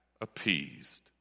appeased